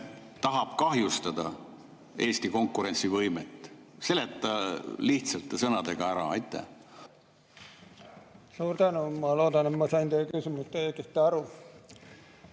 tahab kahjustada Eesti konkurentsivõimet? Seleta lihtsate sõnadega ära. Suur tänu! Ma loodan, et ma sain teie küsimusest õigesti aru.